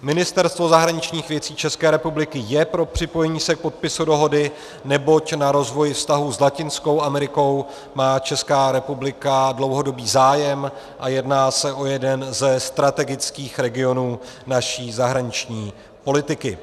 Ministerstvo zahraničních věcí ČR je pro připojení se k podpisu dohody, neboť na rozvoji vztahů s Latinskou Amerikou má Česká republika dlouhodobý zájem a jedná se o jeden ze strategických regionů naší zahraniční politiky.